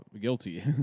guilty